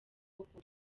koko